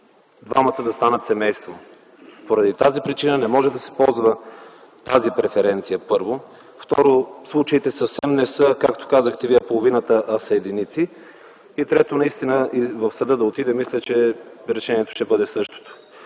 двамата да станат семейство. Първо, поради тази причина не може да се ползва тази преференция. Второ, случаите съвсем не са, както казахте Вие, половината, а са единици, и трето, наистина и в съда да отиде, мисля, че решението ще бъде същото.